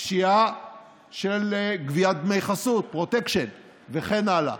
פשיעה של גביית דמי חסות, פרוטקשן וכן הלאה.